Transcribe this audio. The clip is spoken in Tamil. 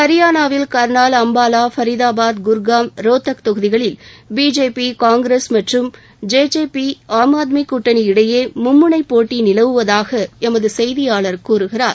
ஹரியானாவில் கர்னால் அம்பாலா ஃபரிதாபாத் சுர்காம் ரோத்தக் தொகுதிகளில் பிஜேபி காங்கிரஸ் மற்றும் J J P Aam Aadmi கூட்டணி இடையே மும்முனை போட்டி நிலவுவதாக எமது செய்தியாளர் கூறுகிறார்